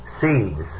seeds